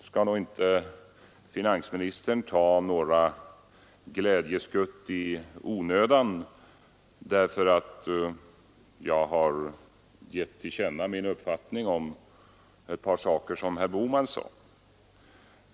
Sedan skall nog finansministern inte ta några glädjeskutt i onödan därför att jag har gett till känna min uppfattning om ett par saker som herr Bohman sade.